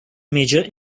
major